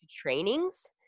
trainings